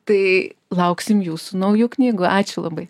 tai lauksim jūsų naujų knygų ačiū labai